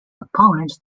opponents